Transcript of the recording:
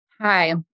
Hi